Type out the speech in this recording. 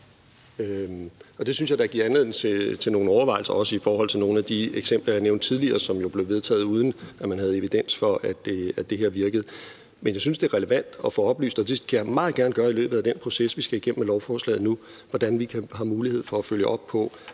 Det synes jeg da giver anledning til nogle overvejelser, også i forhold til nogle af de eksempler, jeg nævnte tidligere, som jo blev vedtaget, uden at man havde evidens for, at det virkede. Men jeg synes, det er relevant at oplyse – og det skal jeg meget gerne gøre i løbet af den proces, vi skal igennem, med lovforslaget nu – hvordan vi har mulighed for at følge op på,